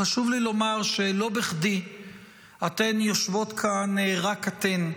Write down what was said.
חשוב לי לומר שלא בכדי אתן יושבות כאן רק אתן,